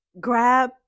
grab